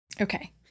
Okay